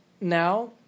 now